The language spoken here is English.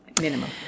Minimum